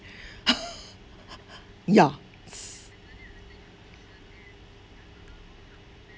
ya